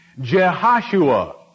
Jehoshua